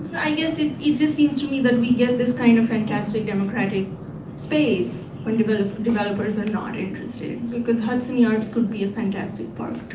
i guess it it just seems to me that we get this kind of fantastic democratic space when and but ah developers are not interested. because hudson yards could be a and fantastic park